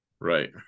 Right